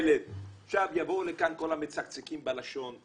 עכשיו יבואו לכאן כל המצקצקים בלשון,